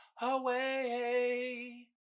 away